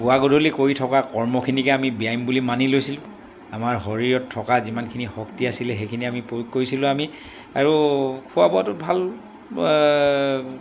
পুৱা গধূলি কৰি থকা কৰ্মখিনিকে আমি ব্যায়াম বুলি মানি লৈছিলোঁ আমাৰ শৰীৰত থকা যিমানখিনি শক্তি আছিলে সেইখিনি আমি প্ৰয়োগ কৰিছিলোঁ আমি আৰু খোৱা বোৱাটো ভাল